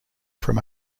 from